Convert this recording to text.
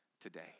today